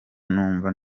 numva